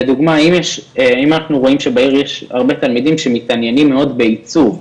לדוגמא אם אנחנו רואים שבעיר יש הרבה תלמידים שמתעניינים בעיצוב,